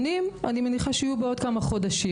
אני מניחה שיהיו נתונים בעוד כמה חודשים.